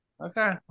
Okay